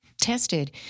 tested